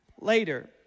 later